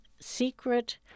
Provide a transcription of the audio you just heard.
secret